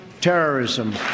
terrorism